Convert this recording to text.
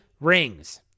rings